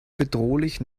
bedrohlich